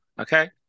Okay